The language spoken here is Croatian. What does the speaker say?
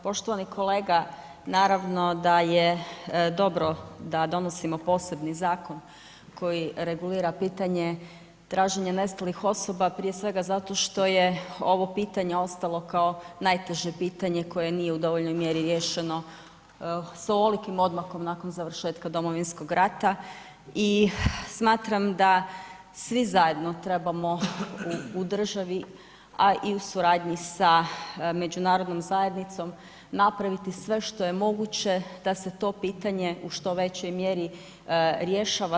Poštovani kolega, naravno da je dobro da donosimo posebni zakon koji regulira pitanje traženja nestalih osoba, prije svega zato što je ovo pitanje ostalo kao najteže pitanje koje nije u dovoljnoj mjeri riješeno s ovolikim odmakom nakon završetka Domovinskog rata i smatram da svi zajedno trebamo u državi, a i u suradnji sa međunarodnom zajednicom napraviti sve što je moguće da se to pitanje u što većoj mjeri rješava.